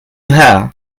hear